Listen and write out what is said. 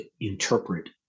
interpret